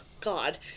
God